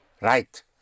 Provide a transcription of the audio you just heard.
Right